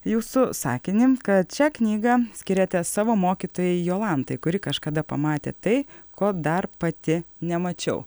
jūsų sakinį kad šią knygą skiriate savo mokytojai jolantai kuri kažkada pamatė tai ko dar pati nemačiau